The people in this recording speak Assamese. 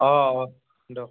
অঁ অঁ দিয়ক